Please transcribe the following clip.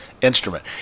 instrument